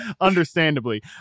understandably